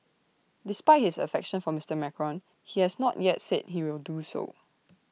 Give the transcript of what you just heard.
despite his affection for Mister Macron he has not yet said he will do so